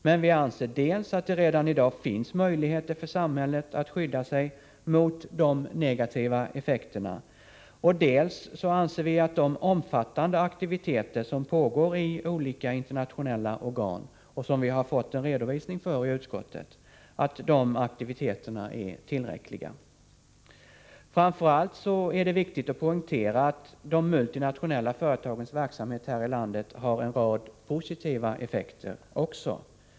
Men vi anser dels att det redan i dag finns möjligheter för samhället att skydda sig mot de negativa effekterna, dels att de omfattande aktiviteter som pågår i olika internationella organ och som vi har fått en redovisning för i utskottet är tillräckliga. Framför allt är det viktigt att poängtera att de multinationella företagens verksamhet här i landet också har en rad positiva effekter.